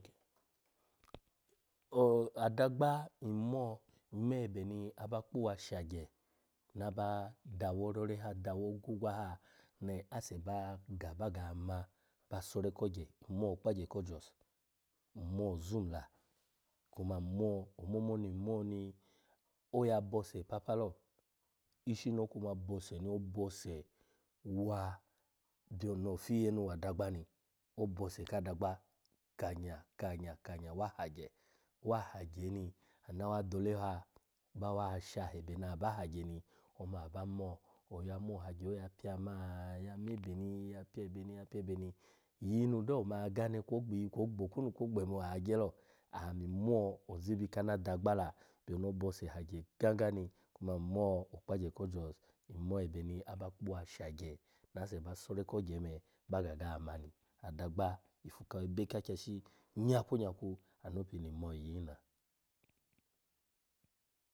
O adagba nmo nmo ebe ni aba kpuwa shagye naba dawa orore dawo ogwogwa ha ni ase ba ga baga ma ba sore kogye, nmo okpagye ko jos, nmo ozum la kuma nmo, omomo ni nmo ni oya bose papa lo, ishino kuma bose no bose wa, byono ofiye nu wa adagba ni obose ka adagba kanya, kanya, kanya wa hagye, wa hagye ni ana ava adole ha bawa shaha ebe ni aba hagye ni ome aba mo, oya mo hagye ya pya-ma-ya mebe ni ya pyebe ni pyebe mi, iyi nu dai, oma ya gane kwo ogbi kwo ogbo okwunu kwo ogbe enu ogye lo. Ami mo ozubi kana adagba la byono obose hagye kanga ni kuma nmo okpagye ko jos, nmo ebe ni aba kpu wa shagye na ase ba sore kogye me baga ga mani. Adagba ifu ka awebe ki ikyashi nyakwu nyakwu anu pini nmo iyin la.